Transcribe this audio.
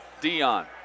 Dion